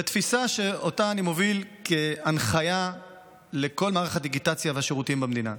בתפיסה שאותה אני מוביל כהנחיה לכל מערך הדיגיטציה והשירותים במדינה.